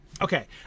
okay